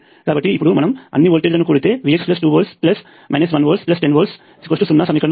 కాబట్టి ఇప్పుడు మనం అన్ని వోల్టేజ్ లను కూడితే Vx2వోల్ట్స్ 1వోల్ట్స్ 10వోల్ట్స్ 0 సమీకరణం వస్తుంది